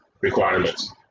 requirements